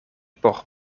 por